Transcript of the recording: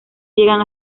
llegan